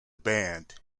band